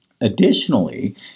Additionally